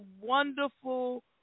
wonderful